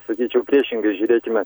sakyčiau priešingai žiūrėkime